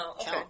okay